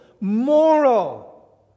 moral